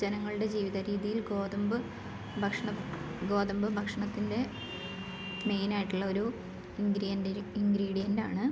ജനങ്ങളുടെ ജീവിത രീതിയിൽ ഗോതമ്പ് ഭക്ഷ്ണം ഗോതമ്പ് ഭക്ഷ്ണത്തിൻ്റെ മെയിൻ ആയിട്ടുള്ള ഒരു ഇൻഗ്രിയൻറ്റൊരു ഇൻഗ്രീഡിയൻ്റാണ്